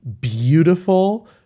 beautiful